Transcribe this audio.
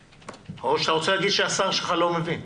או שאתה רוצה להגיד שהשר שלך לא מבין?